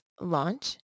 launch